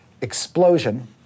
explosion